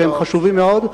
והם חשובים מאוד,